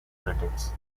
critics